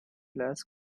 las